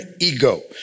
ego